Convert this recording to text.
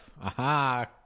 aha